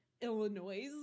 Illinois